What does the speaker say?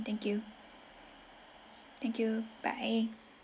thank you thank you bye